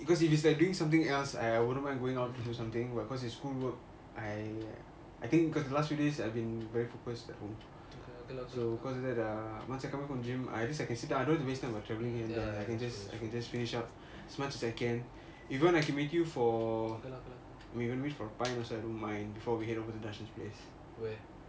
okay lah okay lah okay lah ya ya that's true okay lah okay lah okay lah where